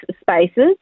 spaces